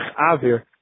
avir